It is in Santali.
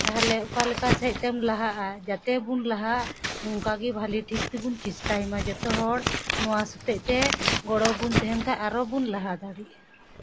ᱛᱟᱦᱞᱮ ᱚᱠᱟ ᱞᱮᱠᱟ ᱥᱮᱫ ᱛᱮᱢ ᱞᱟᱦᱟᱜᱼᱟ ᱡᱟᱛᱮ ᱵᱚᱱ ᱞᱟᱦᱟᱜ ᱚᱱᱠᱟᱜᱮ ᱵᱷᱟᱹᱞᱤ ᱴᱷᱤᱠ ᱛᱮᱵᱚᱱ ᱪᱮᱥᱴᱭ ᱢᱟ ᱡᱚᱛᱚ ᱦᱚᱲ ᱱᱚᱣᱟ ᱥᱚᱛᱮᱜ ᱛᱮ ᱜᱚᱲᱚ ᱵᱚᱱ ᱛᱟᱦᱮᱱ ᱠᱷᱟᱱ ᱟᱨᱚ ᱵᱚᱱ ᱞᱟᱦᱟ ᱫᱟᱲᱮᱭᱟᱜᱼᱟ